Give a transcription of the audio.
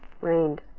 Rained